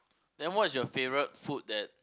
then what's your favourite food that